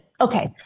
Okay